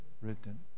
written